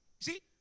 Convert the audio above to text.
See